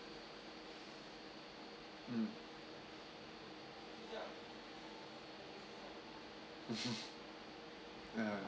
mm ya